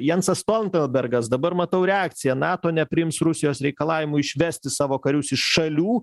jansas stoltenbergas dabar matau reakciją nato nepriims rusijos reikalavimų išvesti savo karius iš šalių